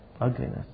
ugliness